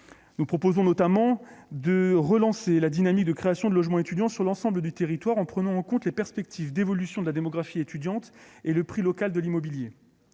Nous proposons notamment de relancer la dynamique de création de logements étudiants sur l'ensemble du territoire en prenant en compte les perspectives d'évolution de la démographie étudiante et le prix local de l'immobilier.